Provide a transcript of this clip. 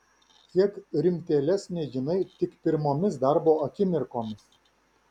kiek rimtėlesnė jinai tik pirmomis darbo akimirkomis